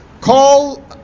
call